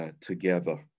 together